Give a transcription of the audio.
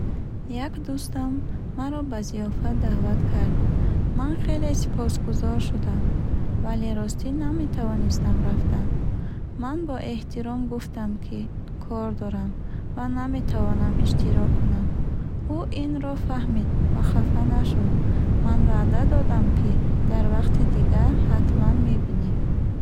Як дӯстам маро ба зиёфат даъват кард. Ман хеле сипосгузор шудам, вале ростӣ, наметавонистам рафтан. Ман бо эҳтиром гуфтам, ки кор дорам ва наметавонам иштирок кунам. Ӯ инро фаҳмид ва хафа нашуд. Ман ваъда додам, ки дар вақти дигар ҳатман мебинем.